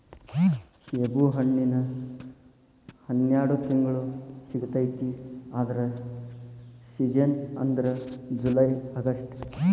ಸೇಬುಹಣ್ಣಿನ ಹನ್ಯಾಡ ತಿಂಗ್ಳು ಸಿಗತೈತಿ ಆದ್ರ ಸೇಜನ್ ಅಂದ್ರ ಜುಲೈ ಅಗಸ್ಟ